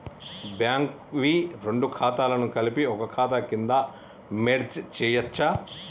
Bank వి రెండు ఖాతాలను కలిపి ఒక ఖాతా కింద మెర్జ్ చేయచ్చా?